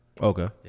Okay